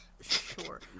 Sure